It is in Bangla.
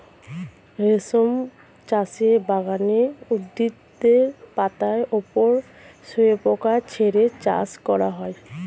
রেশম চাষের বাগানে উদ্ভিদের পাতার ওপর শুয়োপোকা ছেড়ে চাষ করা হয়